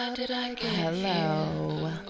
hello